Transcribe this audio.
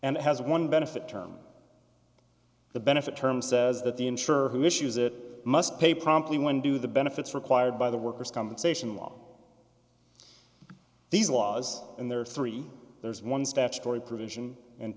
it has one benefit term the benefit term says that the insurer who issues it must pay promptly when do the benefits required by the worker's compensation law these laws and there are three there is one statutory provision and